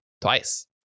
twice